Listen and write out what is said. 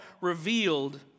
revealed